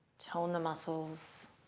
tone the muscles,